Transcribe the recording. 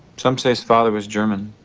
some say his father was german.